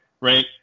right